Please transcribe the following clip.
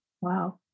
Wow